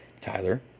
Tyler